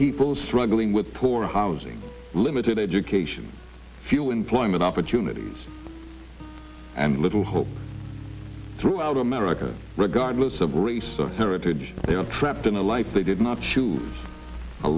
people struggling with poor housing limited education few employment opportunities and little throughout america regardless of race or heritage they are trapped in a life they did not choose a